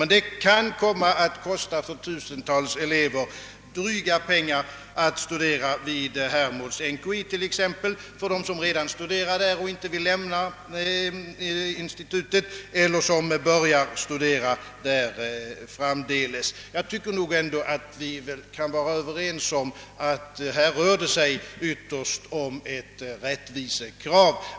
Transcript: Men för tusentals elever kommer det att kosta mycket pengar att studera vid t.ex. Hermods-NKI; det gäller dem som redan studerar där och inte vill lämna institutet och sådana som börjar studera där framdeles. Jag tycker nog ändå, vi bör vara överens om att det här rör sig om rättvisan eller ej.